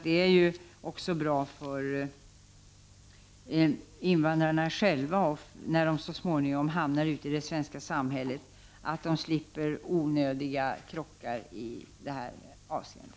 Det är bra för invandrarna själva när de så småningom hamnar ute i det svenska samhället att de slipper onödiga krockar i det avseendet.